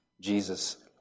Jesus